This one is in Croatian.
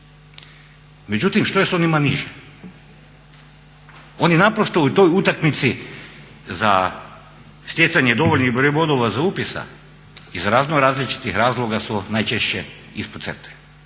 Međutim, što je s onima niže? Oni naprosto u toj utakmici za stjecanje dovoljnog broja bodova za upis iz raznoraznih razloga su najčešće ispod crte.